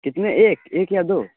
کتنے ایک ایک یا دو